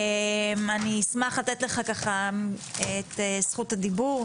אני אשמח לתת לך את זכות הדיבור,